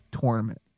Tournament